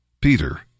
Peter